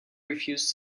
refused